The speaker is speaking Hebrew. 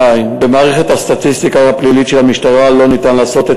במערכת הסטטיסטיקה הפלילית של המשטרה לא ניתן לעשות את